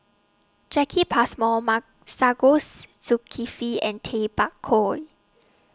Jacki Passmore Masagos Zulkifli and Tay Bak Koi